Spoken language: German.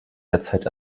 derzeit